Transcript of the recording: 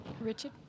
Richard